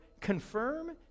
confirm